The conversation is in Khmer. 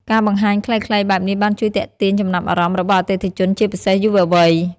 ការបង្ហាញខ្លីៗបែបនេះបានជួយទាក់ទាញចំណាប់អារម្មណ៍របស់អតិថិជនជាពិសេសយុវវ័យ។